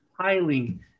piling